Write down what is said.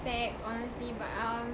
facts honestly but um